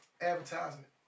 advertisement